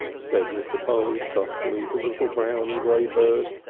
said mr. polly softly to the little brown and grey bird.